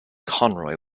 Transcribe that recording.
conroy